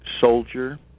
Soldier